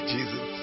Jesus